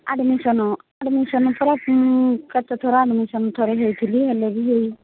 admission admission ପରା କେତେ ଥର ଆଡ଼୍ମିସନ୍ ଥରେ ହୋଇଥିଲି ହେଲେ ବି ହେଇ